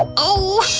um oh!